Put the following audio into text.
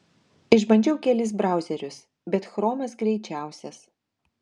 išbandžiau kelis brauserius bet chromas greičiausias